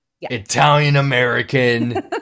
Italian-American